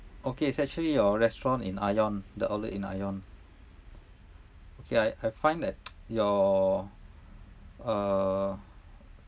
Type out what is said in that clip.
okay it's actually your restaurant in ion the outlet in ion okay I I find that your uh